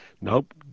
Nope